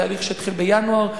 תהליך שהתחיל בינואר,